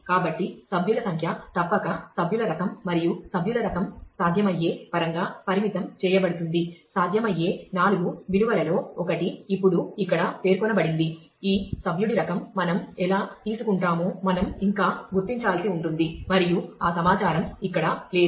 కాబట్టి సభ్యుల సంఖ్య తప్పక సభ్యుల రకం మరియు సభ్యుల రకం సాధ్యమయ్యే పరంగా పరిమితం చేయబడుతుంది సాధ్యమయ్యే నాలుగు విలువలలో 1 ఇప్పుడు ఇక్కడ పేర్కొనబడింది ఈ సభ్యుడిరకం మనం ఎలా తీసుకుంటామో మనం ఇంకా గుర్తించాల్సి ఉంటుంది మరియు ఆ సమాచారం ఇక్కడ లేదు